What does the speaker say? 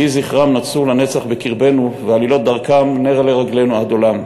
יהי זכרם נצור לנצח בקרבנו ועלילות דרכם נר לרגלינו עד עולם".